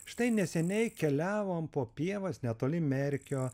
štai neseniai keliavom po pievas netoli merkio